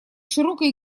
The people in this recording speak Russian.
широкой